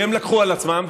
שהם לקחו על עצמם,